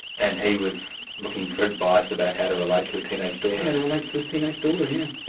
and he was looking for advice about how to relate to a teenage daughter? how to relate to his teenage daughter, yes.